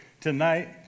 tonight